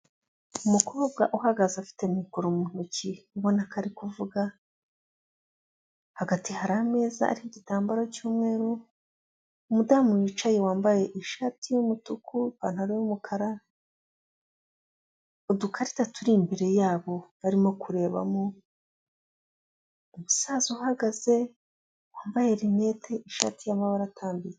Umukobwa uhagaze afite mikoro mu ntoki, ubona ko ari kuvuga, hagati hari ameza ariho igitambaro cy'umweru, umudamu wicaye wambaye ishati y'umutuku, ipantaro y'umukara, udukarita turi imbere yabo barimo kurebamo, umusaza uhagaze wambaye rineti, ishati y'amabara atambitse.